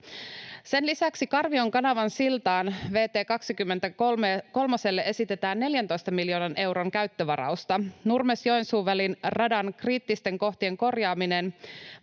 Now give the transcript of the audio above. Sen lisäksi Karvion kanavan siltaan vt 23:lle esitetään 14 miljoonan euron käyttövarausta, Nurmes—Joensuu-välin radan kriittisten kohtien korjaaminen